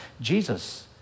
Jesus